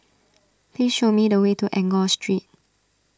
please show me the way to Enggor Street